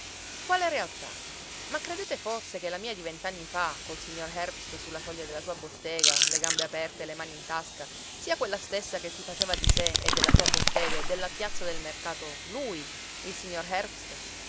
quale realtà ma credete forse che la mia di vent'anni fa col signor herbst su la soglia della sua bottega le gambe aperte e le mani in tasca sia quella stessa che si faceva di sé e della sua bottega e della piazza del mercato lui il signor herbst